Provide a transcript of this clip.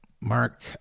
mark